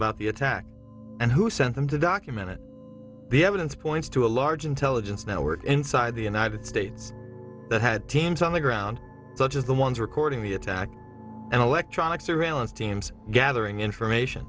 about the attack and who sent them to documented the evidence points to a large intelligence network inside the united states that had teams on the ground such as the ones recording the attack and electronic surveillance teams gathering information